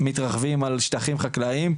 מתרחבים על שטחים חקלאיים,